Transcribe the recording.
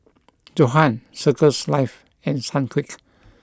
Johan Circles Life and Sunquick